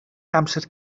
amser